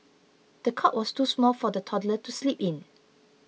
the cot was too small for the toddler to sleep in